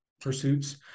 pursuits